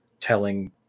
Telling